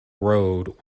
road